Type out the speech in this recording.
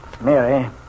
Mary